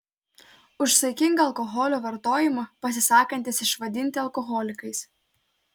už saikingą alkoholio vartojimą pasisakantys išvadinti alkoholikais